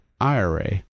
IRA